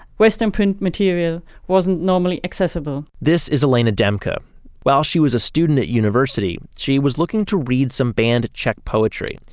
western print material wasn't normally accessible this is elena demke. um while she was a student at university, she was looking to read some banned czech poetry,